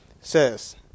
says